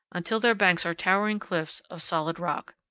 until their banks are towering cliffs of solid rock.